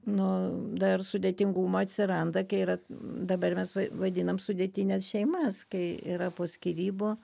nu dar sudėtingumo atsiranda kai yra dabar mes va vadinam sudėtines šeimas kai yra po skyrybų